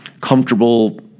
comfortable